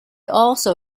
also